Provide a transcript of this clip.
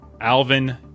Alvin